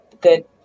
good